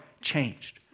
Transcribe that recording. changed